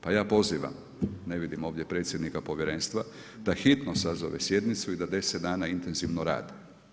Pa ja pozivam, ne vidim ovdje predsjednika Povjerenstva da hitno sazove sjednicu i da 10 dana intenzivno rade.